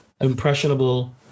impressionable